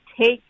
Take